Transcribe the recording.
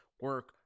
Work